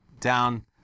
down